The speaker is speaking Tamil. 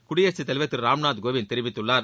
குடியரசுத் தலைவர் திரு ராம்நாத் கோவிந்த் தெரிவித்துள்ளார்